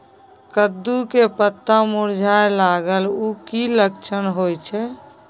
कद्दू के पत्ता मुरझाय लागल उ कि लक्षण होय छै?